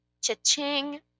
Cha-ching